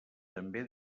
també